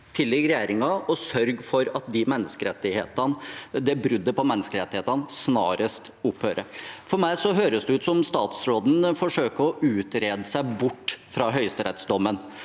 tilligger regjeringen å sørge for at det bruddet på menneskerettighetene snarest opphører. For meg høres det ut som statsråden forsøker å utrede seg bort fra høyesterettsdommen,